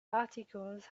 articles